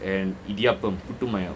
and idiyappam